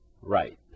Right